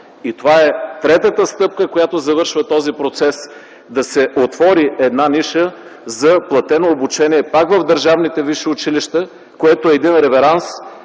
И това е третата стъпка, която завършва този процес – да се отвори една ниша за платено обучение пак в държавните висши училища, което е един реверанс